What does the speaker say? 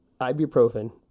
ibuprofen